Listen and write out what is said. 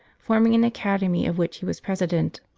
forming an academy of which he was president.